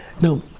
Now